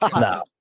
no